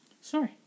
Sorry